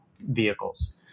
vehicles